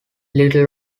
little